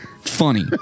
funny